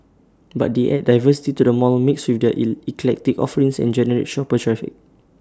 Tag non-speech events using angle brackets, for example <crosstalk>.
but they add diversity to the mall mix with their <unintelligible> eclectic offerings and generate shopper traffic